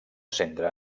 centre